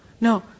No